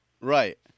Right